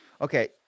okay